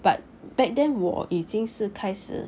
but back then 我已经是开始